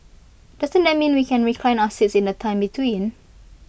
doesn't that mean that we can recline our seats in the time between